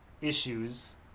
issues